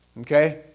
Okay